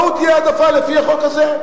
להוא תהיה העדפה לפי החוק הזה,